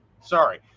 Sorry